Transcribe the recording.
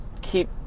keep